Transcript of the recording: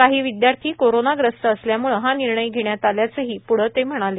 काही विद्यार्थी कोरोनाग्रस्त असल्याम्ळे हा निर्णय घेण्यात आल्याचंही प्ढं ते म्हणाले